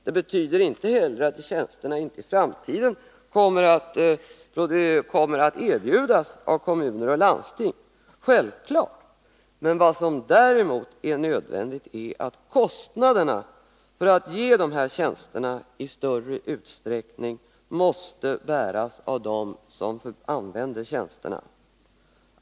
Det betyder självfallet inte heller att tjänsterna inte i framtiden kommer att erbjudas av kommuner och landsting. Men vad som däremot är nödvändigt är att kostnaderna för att ge dessa tjänster i större utsträckning måste bäras av dem som använder tjänsterna.